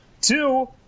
Two